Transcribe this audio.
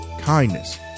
kindness